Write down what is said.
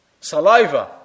saliva